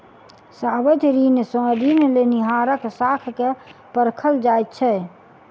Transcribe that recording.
सावधि ऋण सॅ ऋण लेनिहारक साख के परखल जाइत छै